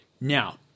Now